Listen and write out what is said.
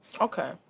Okay